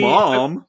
Mom